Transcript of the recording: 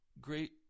great